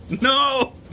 No